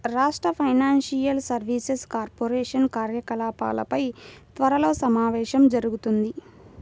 రాష్ట్ర financial services corporation కార్యకలాపాలపై త్వరలో సమావేశం జరుగుతుంది